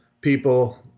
people